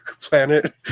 planet